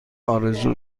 آرزو